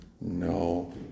No